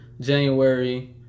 january